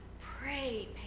pray